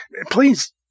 please